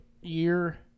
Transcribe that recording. year